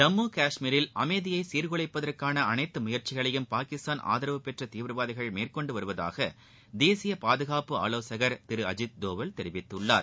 ஜம்மு கஷ்மீரில் அமைதியை சீர்குவைப்பதற்கான அனைத்து முயற்சிகளையும் பாகிஸ்தான் ஆதரவு பெற்ற தீவிரவாதிகள் மேற்கொண்டு வருவதாக தேசிய பாதுகாப்பு ஆலோசகர் திரு அஜித் தோவல் தெரிவித்துள்ளார்